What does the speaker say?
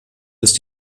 ist